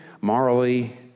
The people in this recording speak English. morally